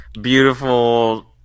beautiful